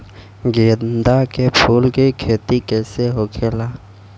गेंदा के फूल की खेती कैसे होखेला?